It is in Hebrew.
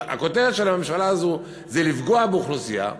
הכותרת של הממשלה הזו זה לפגוע באוכלוסייה,